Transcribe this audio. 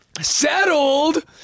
Settled